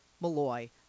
Malloy